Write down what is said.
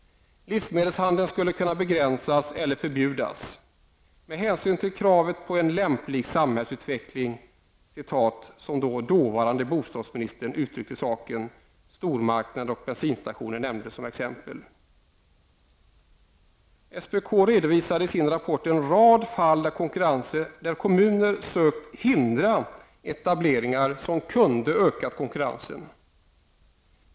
Livsmedelshandel skulle kunna begränsas eller förbjudas ''med hänsyn till kravet på en lämplig samhällsutveckling'', som dåvarande bostadsministern uttryckte saken. Stormarknader och bensinstationer nämndes som exempel. SPK redovisar i sin rapport en rad fall där kommuner sökt hindra etableringar som kunde ha ökat konkurrensen.